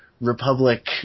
Republic